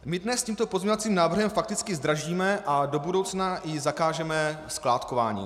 My dnes tímto pozměňovacím návrhem fakticky zdražíme a do budoucna i zakážeme skládkování.